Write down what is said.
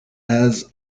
has